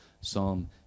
Psalm